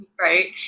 right